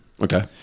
Okay